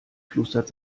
plustert